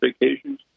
vacations